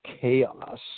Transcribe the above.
chaos